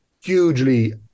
hugely